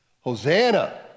Hosanna